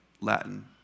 Latin